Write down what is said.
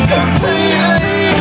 Completely